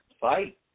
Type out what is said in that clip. fight